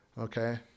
Okay